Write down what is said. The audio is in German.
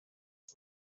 ich